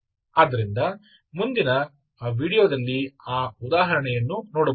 ಆದ್ದರಿಂದ ಮುಂದಿನ ವೀಡಿಯೊದಲ್ಲಿ ಆ ಉದಾಹರಣೆಯನ್ನು ನೋಡಬಹುದು